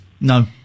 No